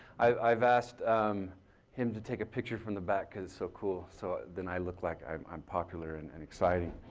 i've asked him to take a picture from the back. it is so cool. so then i look like i'm i'm popular and and exciting.